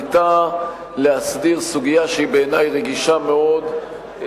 תכליתה להסדיר סוגיה שהיא בעיני רגישה מאוד,